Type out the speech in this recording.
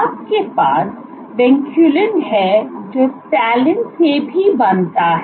आपके पास विनक्यूलिन है जो तालिन से भी बांधता है